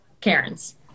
Karens